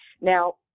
Now